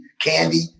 candy